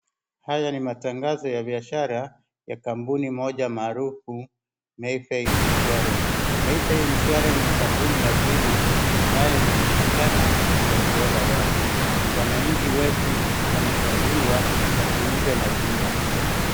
Haya ni matangazo ya biashara ya kampuni moja maarufu Mayfair Insurance. Mayfair Insuarance ni kampuni ya bima ambayo inajulikana kwa ubora wake wananchi wetu wanashauriwa wajiunge na bima hiyo.